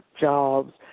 jobs